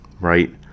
right